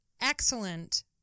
excellent